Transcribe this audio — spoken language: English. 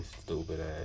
stupid-ass